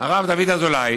הרב דוד אזולאי,